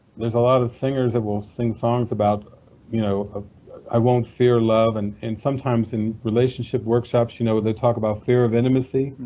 there's a lot of singers that will sing songs about you know ah i won't fear love, and sometimes in relationship workshops you know they talk about fear of intimacy,